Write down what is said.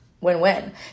win-win